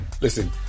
Listen